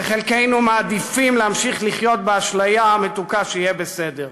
וחלקנו מעדיפים להמשיך לחיות באשליה המתוקה שיהיה בסדר.